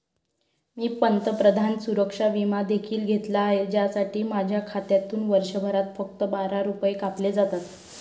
मी पंतप्रधान सुरक्षा विमा देखील घेतला आहे, ज्यासाठी माझ्या खात्यातून वर्षभरात फक्त बारा रुपये कापले जातात